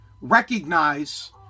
recognize